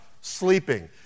sleeping